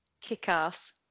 Kick-ass